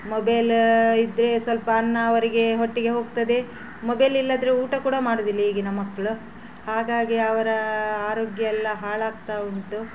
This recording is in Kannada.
ಮೊಬೈಲು ಇದ್ದರೆ ಸ್ವಲ್ಪ ಅನ್ನ ಅವರಿಗೆ ಹೊಟ್ಟೆಗೆ ಹೋಗ್ತದೆ ಮೊಬೈಲ್ ಇಲ್ಲಾಂದ್ರೆ ಊಟ ಕೂಡ ಮಾಡೋದಿಲ್ಲ ಈಗಿನ ಮಕ್ಕಳು ಹಾಗಾಗಿ ಅವರ ಆರೋಗ್ಯ ಎಲ್ಲ ಹಾಳಾಗ್ತಾ ಉಂಟು